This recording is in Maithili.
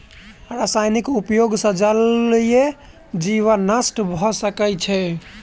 रासायनिक उपयोग सॅ जलीय जीवन नष्ट भ सकै छै